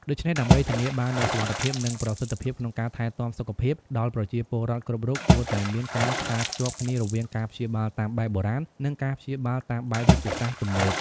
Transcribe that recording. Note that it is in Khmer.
ដូច្នេះ ដើម្បីធានាបាននូវសុវត្ថិភាព និងប្រសិទ្ធភាពក្នុងការថែទាំសុខភាពដល់ប្រជាពលរដ្ឋគ្រប់រូប គួរតែមានការផ្សារភ្ជាប់គ្នារវាងការព្យាបាលតាមបែបបុរាណ និងការព្យាបាលតាមបែបវេជ្ជសាស្ត្រទំនើប។